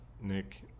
nick